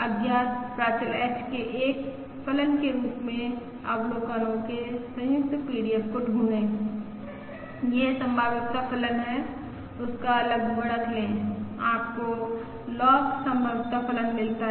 अज्ञात प्राचल h के एक फलन के रूप में अवलोकनो के संयुक्त पीडीएफ को ढूंढें यह संभाव्यता फलन है उस का लघुगणक लें आपको लॉग संभाव्यता फलन मिलता है